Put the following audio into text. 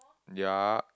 ya